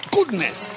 Goodness